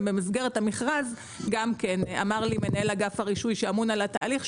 ובמסגרת המכרז אמר לי מנהל אגף הרישוי שאמון על התהליך,